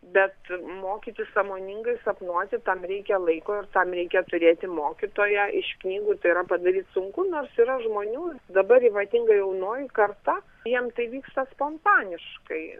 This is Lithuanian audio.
bet mokytis sąmoningai sapnuoti tam reikia laiko ir tam reikia turėti mokytoją iš knygų tai yra padaryt sunku nors yra žmonių dabar ypatingai jaunoji karta jiem tai vyksta spontaniškai